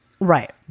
Right